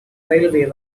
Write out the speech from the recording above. railway